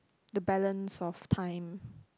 the balance of time